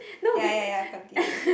ya ya ya continue